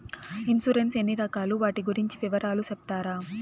Insurance ఎన్ని రకాలు వాటి గురించి వివరాలు సెప్తారా?